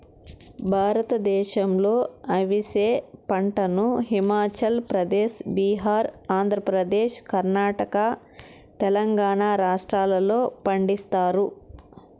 భారతదేశంలో అవిసె పంటను హిమాచల్ ప్రదేశ్, బీహార్, ఆంధ్రప్రదేశ్, కర్ణాటక, తెలంగాణ రాష్ట్రాలలో పండిస్తారు